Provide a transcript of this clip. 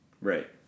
Right